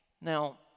Now